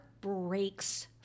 breaks